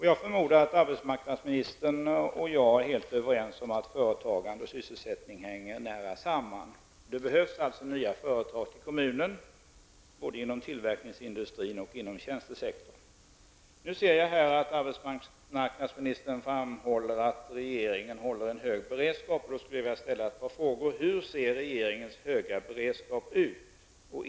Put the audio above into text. Jag förmodar att arbetsmarknadsministern och jag är helt överens om att företag och sysselsättning hänger nära samman. Det behövs alltså nya företag till kommunen, både inom tillverkningsindustrin och inom tjänstesektorn. Arbetsmarknadsministern framhåller i sitt svar att regeringen håller en hög beredskap. Då skulle jag vilja ställa ett par frågor: Hur ser regeringens höga beredskap ut?